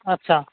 আচ্ছা